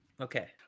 Okay